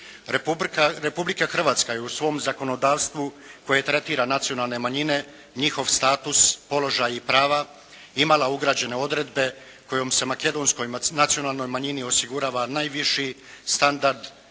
Republika Hrvatska je u svom zakonodavstvu koje tretira nacionalne manjine, njihov status, položaj i prava imala ugrađene odredbe kojom se makedonskoj nacionalnoj manjini osigurava najviši standard sukladno